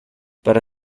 para